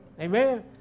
Amen